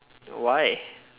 why